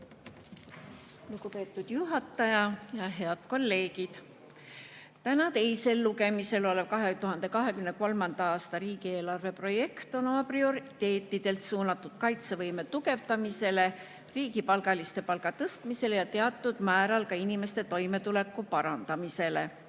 Lugupeetud juhataja! Head kolleegid! Täna teisel lugemisel olev 2023. aasta riigieelarve projekt on oma prioriteetidelt suunatud kaitsevõime tugevdamisele, riigipalgaliste palga tõstmisele ja teatud määral ka inimeste toimetuleku parandamisele.